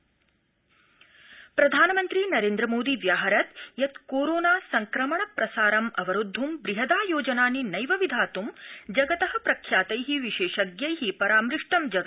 प्रधानमन्त्री प्रधानमन्त्री नरेन्द्रमोदी व्याहरत् यत् कोरोना विषाणु संक्रमण प्रसारं अवरोद्ध् बहदायोजनानि नैव विधातृं जगत प्रख्यातै विशेषज्ञै परामृष्टा जना